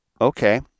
Okay